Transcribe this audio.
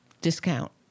discount